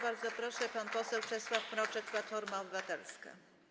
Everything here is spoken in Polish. Bardzo proszę, pan poseł Czesław Mroczek, Platforma Obywatelska.